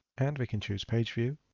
and we can choose page view